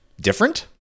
different